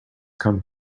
come